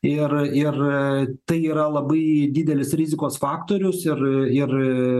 ir ir tai yra labai didelis rizikos faktorius ir ir